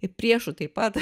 ir priešų taip pat